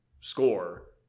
score